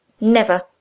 never